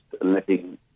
letting